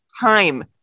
time